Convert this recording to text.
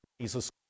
Jesus